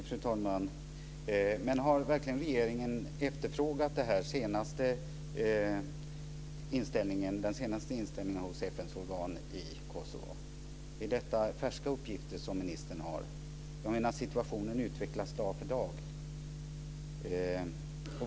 Fru talman! Men har verkligen regeringen efterfrågat den senaste inställningen hos FN:s organ i Kosovo? Är detta färska uppgifter som ministern har? Situationen utvecklas dag för dag.